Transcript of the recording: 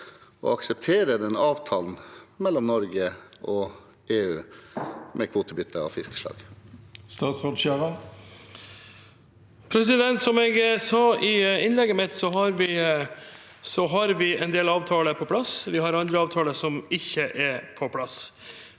og aksepterer avtalen mellom Norge og EU om kvotebytte av fiskeslag. Statsråd Bjørnar Skjæran Som jeg sa i innlegget mitt, har vi en del avtaler på plass. Vi har andre avtaler som ikke er på plass.